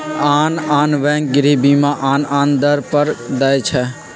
आन आन बैंक गृह बीमा आन आन दर पर दइ छै